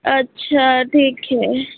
अच्छा ठीक है